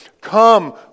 come